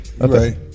okay